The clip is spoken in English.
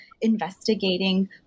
investigating